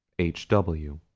h. w.